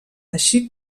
així